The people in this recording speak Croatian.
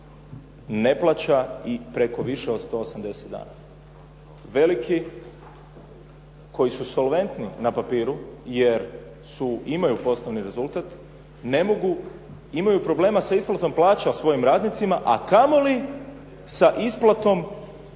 ne plaća i preko više od 180 dana. Veliki koji su solventni na papiru jer imaju poslovni rezultat, imaju problema sa isplatom plaća svojim radnicima, a kamoli sa isplatom